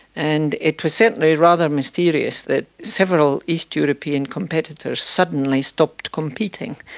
and it was certainly rather mysterious that several east european competitors suddenly stopped competing.